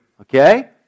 Okay